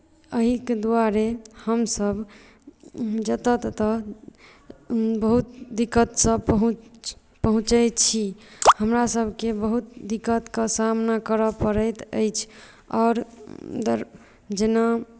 एहिके द्वारे हमसभ जतय ततय बहुत दिक्कतसँ पहुँचैत छी हमरासभकेँ बहुत दिक्कतके सामना करऽ पड़ैत अछि आओर जेना